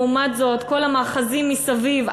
ולעומת זאת כל המאחזים מסביב,